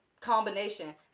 combination